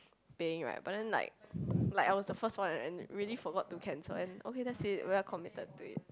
paying right but then like like I was the first one and really forgot to cancel and okay that's it we are committed to it